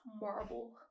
marble